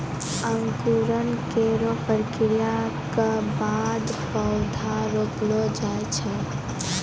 अंकुरन केरो प्रक्रिया क बाद पौधा रोपलो जाय छै